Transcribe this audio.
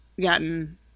gotten